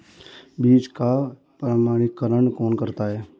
बीज का प्रमाणीकरण कौन करता है?